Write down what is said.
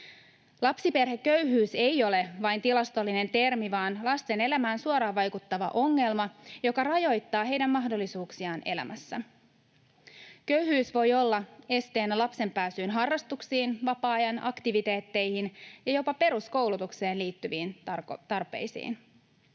Lapsiperheköyhyys ei ole vain tilastollinen termi, vaan lasten elämään suoraan vaikuttava ongelma, joka rajoittaa heidän mahdollisuuksiaan elämässä. Köyhyys voi olla esteenä lapsen pääsyyn harrastuksiin, vapaa-ajan aktiviteetteihin ja jopa peruskoulutukseen liittyviin tarpeisiin.